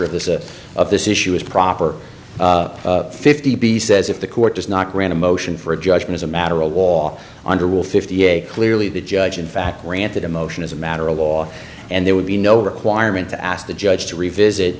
posture of the of this issue is proper fifty p says if the court does not grant a motion for a judgment as a matter of law under will fifty eight clearly the judge in fact granted a motion as a matter of law and there would be no requirement to ask the judge to revisit